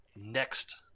next